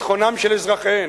ביטחונם של אזרחיהן?